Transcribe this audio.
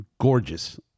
gorgeous